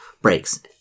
Breaks